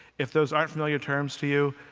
if those aren't familiar terms to you,